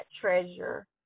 treasure